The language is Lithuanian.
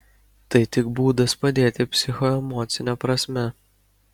tai tik būdas padėti psichoemocine prasme